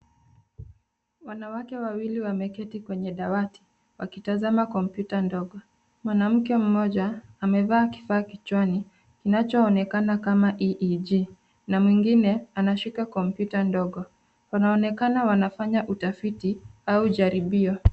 Wanawake wawili wameketi kwenye dawati, wakitazama kompyuta ndogo. Mwanamke mmoja, amevaa kifaa kichwani, kinachoonekana kama EEG .Na mwingine, anashika kompyuta ndogo. Kunaonekana wanafanya utafiti au jaribio.